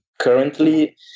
currently